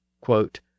quote